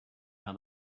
how